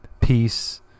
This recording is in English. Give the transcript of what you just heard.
peace